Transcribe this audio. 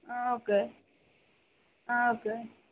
okay okay